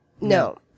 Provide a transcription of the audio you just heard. No